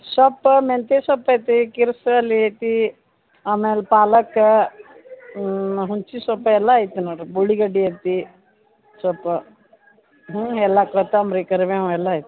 ಸೊಪ್ಪ ಮೆಂತ್ಯೆ ಸೊಪ್ಪು ಐತಿ ಕಿರ್ಕಸಾಲಿ ಐತಿ ಆಮೇಲೆ ಪಾಲಕ ಹುಣ್ಚಿ ಸೊಪ್ಪು ಎಲ್ಲ ಐತೆ ನೋಡಿರಿ ಉಳ್ಳಿಗಡ್ಡಿ ಐತಿ ಸೊಪ್ಪು ಹ್ಞೂ ಎಲ್ಲ ಕೊತ್ತಂಬರಿ ಕರ್ಬೇವ್ ಎಲ್ಲ ಐತ್ರಿ